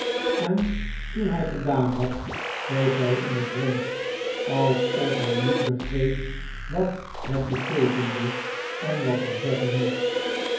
en toen hij gedaan had keek bij in het rond alsof hij niet begreep wat het beteekende en wat hij zeggen moest